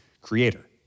creator